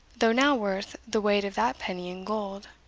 though now worth the weight of that penny in gold.